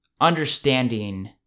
understanding